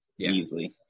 Easily